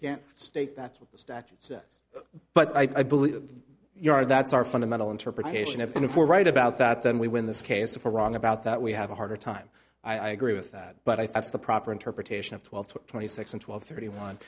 can't state that's what the statute says but i believe you are that's our fundamental interpretation and if we're right about that then we win this case of a wrong about that we have a harder time i agree with that but i think the proper interpretation of twelve to twenty six and twelve thirty one